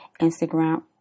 Instagram